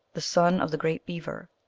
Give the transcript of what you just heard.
the son of the great beaver,